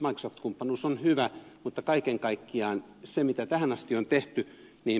microsoft kumppanuus on hyvä mutta kaiken kaikkiaan siinä mitä tähän asti on tehty